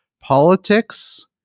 politics